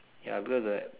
ya because the